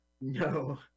No